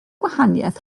gwahaniaeth